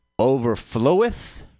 overfloweth